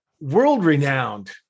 world-renowned